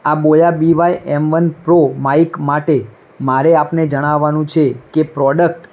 આ Boya B Y M one pro mic માટે મારે આપને જણાવવાનું છે કે પ્રોડકટ